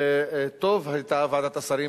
וטוב היתה עושה ועדת השרים,